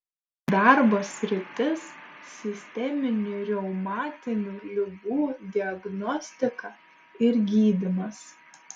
darbo sritis sisteminių reumatinių ligų diagnostika ir gydymas